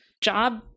job